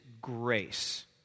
grace